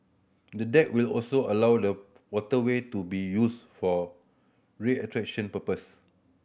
the deck will also allow the waterway to be used for recreation purpose